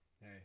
Hey